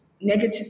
negative